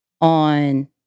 on